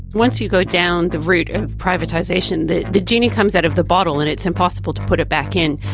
once you go down the route of and privatisation the the genie comes out of the bottle and it's impossible to put it back in,